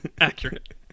Accurate